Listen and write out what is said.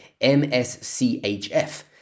MSCHF